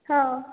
हाँ